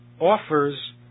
offers